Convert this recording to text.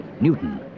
Newton